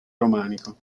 romanico